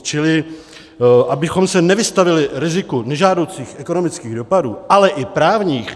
Čili abychom se nevystavili riziku nežádoucích ekonomických dopadů, ale i právních.